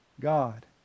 God